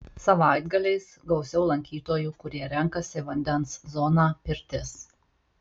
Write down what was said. savaitgaliais gausiau lankytojų kurie renkasi vandens zoną pirtis